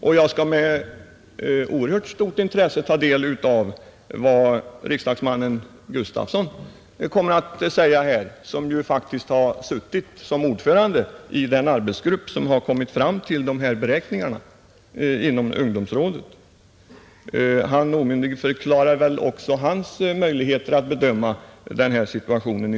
och jag skall med oerhört stort intresse ta del av vad riksdagsman Åke Gustavsson kommer att säga i den här debatten — han har ju varit ordförande i den arbetsgrupp inom ungdomsrådet som gjort dessa beräkningar. Herr Zachrisson omyndigförklarar väl också herr Gustavsson när det gäller hans möjligheter att bedöma situationen.